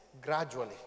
gradually